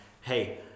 hey